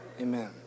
Amen